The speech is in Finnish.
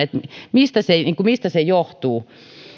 mistä se johtuu